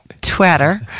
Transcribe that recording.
Twitter